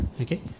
Okay